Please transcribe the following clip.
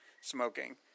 smoking